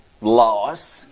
Loss